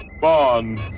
Bond